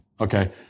okay